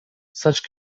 such